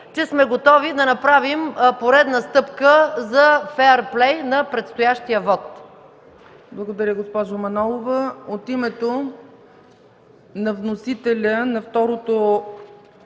че сме готови да направим поредна стъпка за феърплей на предстоящия вот.